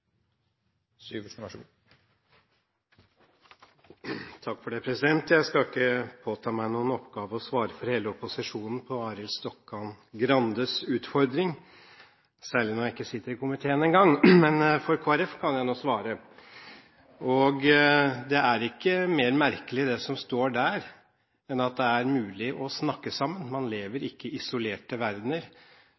Jeg skal ikke påta meg oppgaven med på hele opposisjonens vegne å svare på Arild Stokkan-Grandes utfordring, særlig når jeg ikke sitter i komiteen engang. Men for Kristelig Folkeparti kan jeg nå svare. Det er ikke mer merkelig det som står der, enn at det er mulig å snakke sammen. Man lever